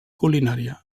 culinària